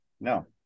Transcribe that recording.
No